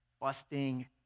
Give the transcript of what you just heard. busting